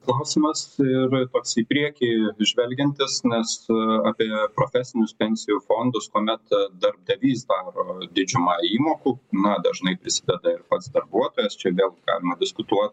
klausimas ir pats į priekį žvelgiantis nes apie profesinius pensijų fondus kuomet darbdavys daro didžiumą įmokų na dažnai prisideda ir pats darbuotojas čia vėl gi galima diskutuot